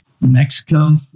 Mexico